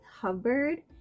Hubbard